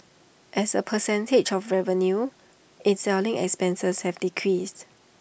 as A percentage of revenue its selling expenses have decreased